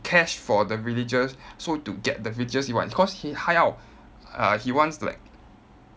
cash for the villagers so to get the villagers he want cause he 他要 uh he wants like